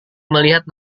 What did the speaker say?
melihat